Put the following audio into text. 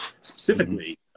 specifically